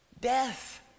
death